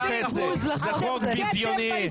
אנחנו לא ניתן לאף גורם משפטי במדינת ישראל לעשות הפיכה שלטונית.